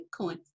bitcoin